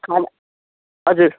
हजुर